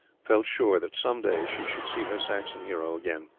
felt sure that some day she should see her saxon hero again.